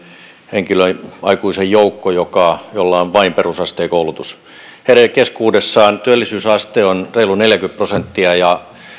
henkilön aikuisen joukko jolla on vain perusasteen koulutus heidän keskuudessaan työllisyysaste on reilut neljäkymmentä prosenttia ja